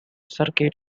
circuit